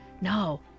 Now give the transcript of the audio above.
no